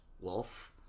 wolf